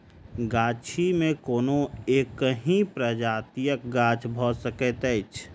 गाछी मे कोनो एकहि प्रजातिक गाछ भ सकैत अछि